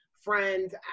friends